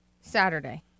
Saturday